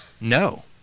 no